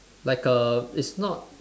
like err it's not